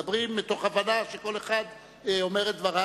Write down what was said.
מדברים מתוך הבנה שכל אחד אומר את דבריו,